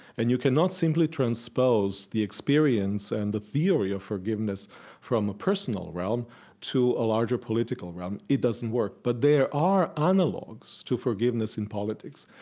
and you cannot simply transpose the experience and the theory of forgiveness from a personal realm to a larger political realm. it doesn't work. but there are analogs to forgiveness in politics.